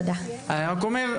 אני רק אומר,